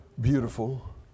beautiful